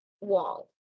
wall